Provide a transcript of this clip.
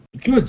Good